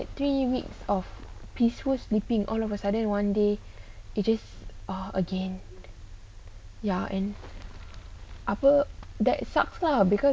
it three weeks of peaceful snipping all of a sudden one day it is ah again ya and apa that sucks lah because